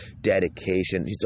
dedication